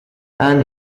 and